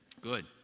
Good